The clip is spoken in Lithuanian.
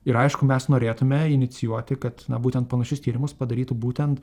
ir aišku mes norėtume inicijuoti kad būtent panašius tyrimus padarytų būtent